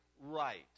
right